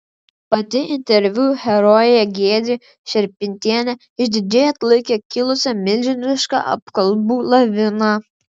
pati interviu herojė giedrė šerpytienė išdidžiai atlaikė kilusią milžinišką apkalbų laviną